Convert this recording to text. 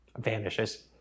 vanishes